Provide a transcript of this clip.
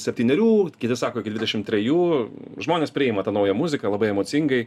septynerių kiti sako iki dvidešim trejų žmonės priima tą naują muziką labai emocingai